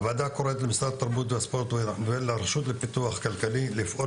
הוועדה קוראת למשרד התרבות והספורט ולרשות לפיתוח כלכלי לפעול